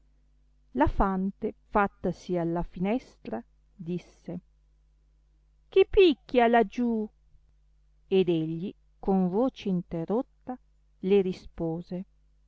la fante fattasi alla finestra disse chi picchia là giù ed egli con voce interrotta le rispose